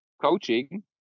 coaching